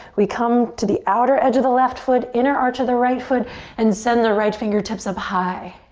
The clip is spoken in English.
we come to the outer edge of the left foot, inner arch of the right foot and send the right fingertips up high.